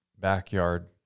backyard